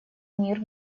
мир